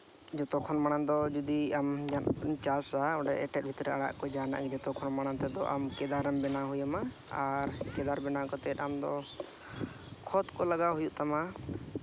ᱡᱚᱛᱚ ᱠᱷᱚᱱ ᱢᱟᱲᱟᱝ ᱫᱚ ᱡᱩᱫᱤ ᱟᱢ ᱡᱟᱦᱟᱸ ᱠᱚᱢ ᱪᱟᱥᱟ ᱚᱸᱰᱮ ᱮᱴᱮᱫ ᱵᱷᱤᱛᱤᱨ ᱨᱮ ᱡᱟᱦᱟᱱᱟᱜ ᱜᱮ ᱡᱚᱛᱚ ᱠᱷᱚᱱ ᱢᱟᱲᱟᱝ ᱛᱮᱫᱚ ᱟᱢ ᱠᱮᱫᱟᱨᱮᱢ ᱵᱮᱱᱟᱣ ᱦᱩᱭ ᱟᱢᱟ ᱟᱨ ᱠᱮᱫᱟᱨ ᱵᱮᱱᱟᱣ ᱠᱟᱛᱮ ᱟᱢᱫᱚ ᱠᱷᱚᱛ ᱠᱚ ᱞᱟᱜᱟᱣ ᱦᱩᱭᱩᱜ ᱛᱟᱢᱟ